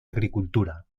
agricultura